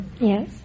Yes